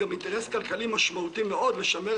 גם אם הוא מצוי ביחס